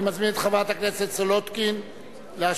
אני מזמין את חברת הכנסת סולודקין להשיב.